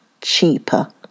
cheaper